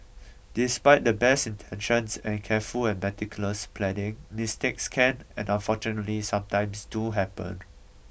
despite the best intentions any careful and meticulous planning mistakes can and unfortunately sometimes do happen